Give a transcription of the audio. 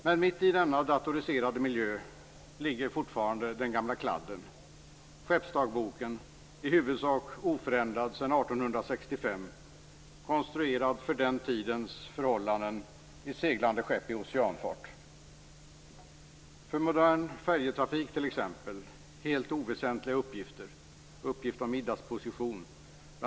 Men mitt i denna datoriserade miljö ligger fortfarande den gamla kladden, skeppsdagboken, i huvudsak oförändrad sedan 1865, konstruerad för den tidens förhållanden med seglande skepp i oceanfart. För t.ex. modern färjetrafik är det fråga om helt oväsentliga uppgifter. Det är bl.a. uppgifter om middagsposition.